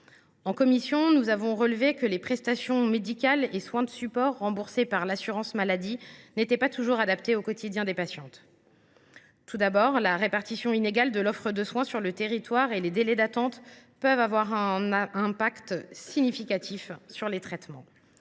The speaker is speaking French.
En commission, nous avons relevé que les prestations médicales et soins de supports, remboursés par l’assurance maladie, n’étaient pas toujours adaptés au quotidien des patientes. Tout d’abord, la répartition inégale de l’offre de soins sur le territoire et les délais d’attente peuvent avoir des conséquences significatives sur les traitements.